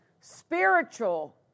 spiritual